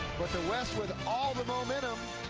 but the west with all the momentum.